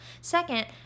Second